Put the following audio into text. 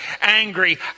angry